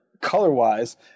color-wise